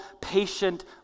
patient